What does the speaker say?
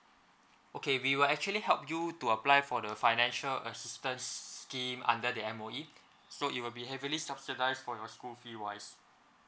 okay we will actually help you to apply for the financial assistance scheme under the M_O_E so it will be heavily subsidize for your school fee wise